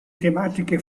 tematiche